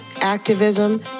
activism